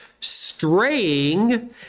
straying